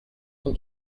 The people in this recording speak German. von